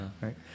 right